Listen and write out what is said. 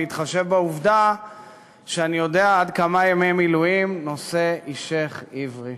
בהתחשב בעובדה שאני יודע כמה ימי מילואים עושה אישך עברי,